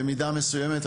במידה מסוימת,